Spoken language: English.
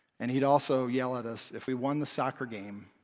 and he'd also yell at us if we won the soccer game.